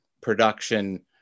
production